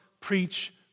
preach